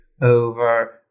over